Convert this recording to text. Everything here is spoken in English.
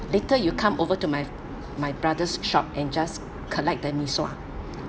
later you come over to my my brother's shop and just collect the mee sua